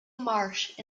marsh